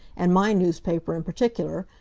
and my newspaper in particular,